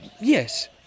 Yes